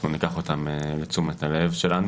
אנחנו ניקח אותם לתשומת לבנו,